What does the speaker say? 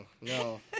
No